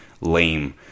lame